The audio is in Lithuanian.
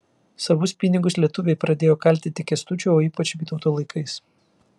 savus pinigus lietuviai pradėjo kalti tik kęstučio o ypač vytauto laikais